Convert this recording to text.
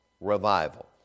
Revival